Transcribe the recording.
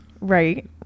Right